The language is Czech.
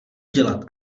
dělat